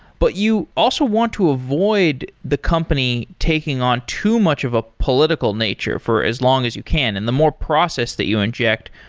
but you also want to avoid the company taking on too much of a political nature for as long as you can. and the more process that you inject,